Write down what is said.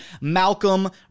Malcolm